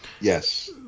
yes